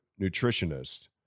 nutritionist